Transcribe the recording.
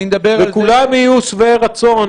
וכולם יהיו שבעי רצון.